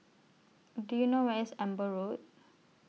Do YOU know Where IS Amber Road